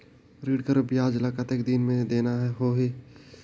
ऋण कर ब्याज ला कतेक दिन मे देना होही?